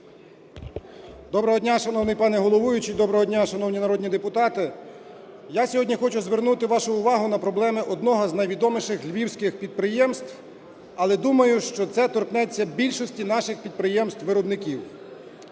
Доброго дня, шановний пане головуючий! Доброго дня, шановні народні депутати! Я сьогодні хочу звернути вашу увагу на проблеми одного з найвідоміших львівських підприємств, але думаю, що це торкнеться більшості наших підприємств-виробників.